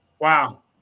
Wow